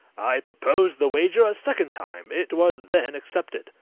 i proposed the wager a second time, it was then accepted.